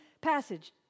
passage